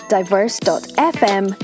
Diverse.fm